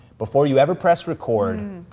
before you ever press record,